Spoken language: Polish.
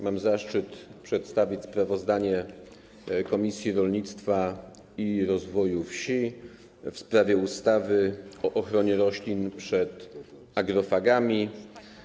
Mam zaszczyt przedstawić sprawozdanie Komisji Rolnictwa i Rozwoju Wsi w sprawie ustawy o ochronie roślin przed agrofagami.